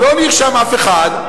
לא נרשם אף אחד.